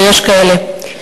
ויש כאלה.